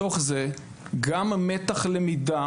בתוך זה גם מתח הלמידה